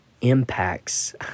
impacts